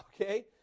Okay